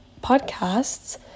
podcasts